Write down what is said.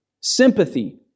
sympathy